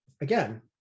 again